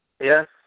Yes